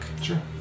Sure